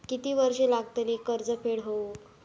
किती वर्षे लागतली कर्ज फेड होऊक?